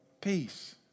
peace